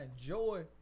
joy